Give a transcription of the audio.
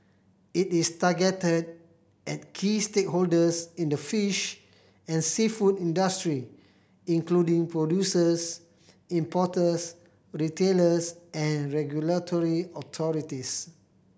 it is targeted at key stakeholders in the fish and seafood industry including producers importers retailers and regulatory authorities